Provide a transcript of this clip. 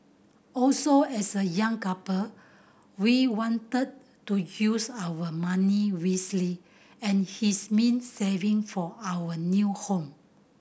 also as a young couple we wanted to use our money wisely and his meant saving for our new home